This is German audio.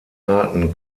arten